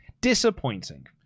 Disappointing